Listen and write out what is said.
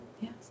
Yes